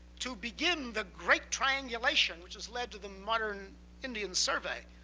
to begin the great triangulation, which has led to the modern indian survey,